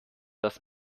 das